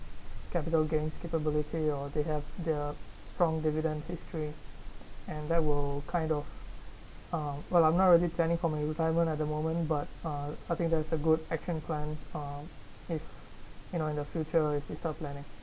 capital gains capability or they have the strong dividend history and I will kind of uh well I'm not really planning for my retirement at the moment but uh I think that's a good action plan um you know in the future if you start planning